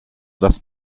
das